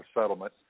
settlement